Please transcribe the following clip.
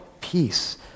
peace